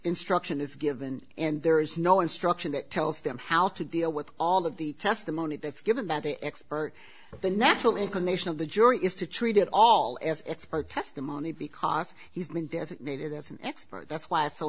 instruction is given and there is no instruction that tells them how to deal with all of the testimony that's given that the expert the natural inclination of the jury is to treat it all as expert testimony because he's been designated as an expert that's why it's so